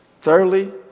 Thirdly